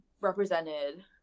represented